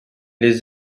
les